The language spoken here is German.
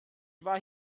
war